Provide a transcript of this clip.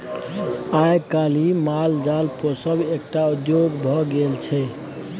आइ काल्हि माल जाल पोसब एकटा उद्योग भ गेल छै